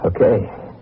Okay